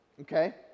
okay